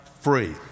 free